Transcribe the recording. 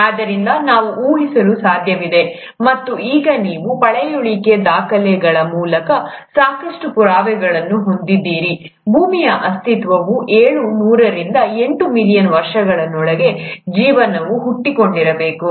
ಆದ್ದರಿಂದ ನಾವು ಊಹಿಸಲು ಸಾಧ್ಯವಿದೆ ಮತ್ತು ಈಗ ನೀವು ಪಳೆಯುಳಿಕೆ ದಾಖಲೆಗಳ ಮೂಲಕ ಸಾಕಷ್ಟು ಪುರಾವೆಗಳನ್ನು ಹೊಂದಿದ್ದೀರಿ ಭೂಮಿಯ ಅಸ್ತಿತ್ವವು ಏಳು ನೂರರಿಂದ ಎಂಟು ಮಿಲಿಯನ್ ವರ್ಷಗಳೊಳಗೆ ಜೀವವು ಹುಟ್ಟಿಕೊಂಡಿರಬೇಕು